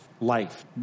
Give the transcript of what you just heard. life